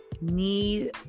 need